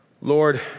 Lord